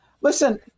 Listen